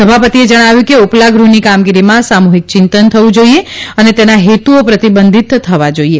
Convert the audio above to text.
સભાપતિએ જણાવ્યું કે ઉપલાગૃહની કામગીરીમાં સામૂહિક ચિંતન થવું જાઇએ અને તેના હેતુઓ પ્રતિબંધિત થવા જાઇએ